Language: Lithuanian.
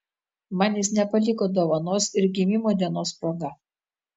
man jis nepaliko dovanos ir gimimo dienos proga